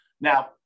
Now